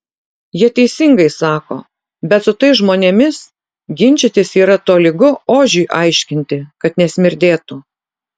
jie teisingai sako bet su tais žmonėmis ginčytis yra tolygu ožiui aiškinti kad nesmirdėtų